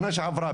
שנה שעברה,